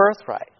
birthright